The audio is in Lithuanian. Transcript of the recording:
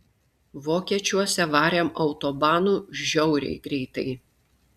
vokiečiuose varėm autobanu žiauriai greitai